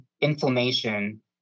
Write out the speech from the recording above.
inflammation